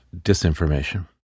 disinformation